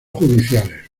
judiciales